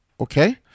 okay